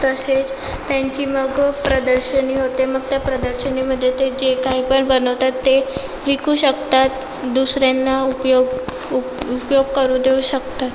तसेच त्यांची मग प्रदर्शनी होते मग त्या प्रदर्शनीमध्ये ते जे काय पण बनवतात ते विकू शकतात दुसऱ्यांना उपयोग उप उपयोग करू देऊ शकतात